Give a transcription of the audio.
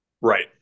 Right